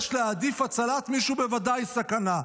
ויש להעדיף הצלת מי שהוא בוודאי סכנה.